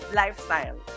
lifestyle